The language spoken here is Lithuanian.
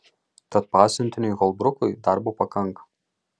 tad pasiuntiniui holbrukui darbo pakanka